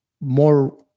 more